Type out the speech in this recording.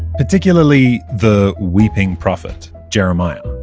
particularly the weeping prophet jeremiah.